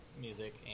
music